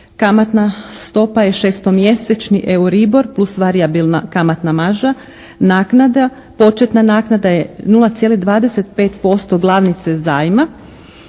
Kamatna stopa je šestomjesečni «euribor» plus varijabilna kamatna marža. Naknada, početna naknada je 0,25% glavnice zajma.